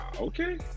Okay